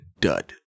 dud